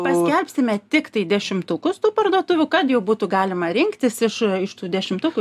paskelbsime tiktai dešimtukus tų parduotuvių kad jau būtų galima rinktis iš iš tų dešimtukų